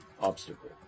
obstacle